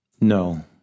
No